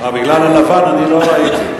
אה, בגלל הלבן לא ראיתי.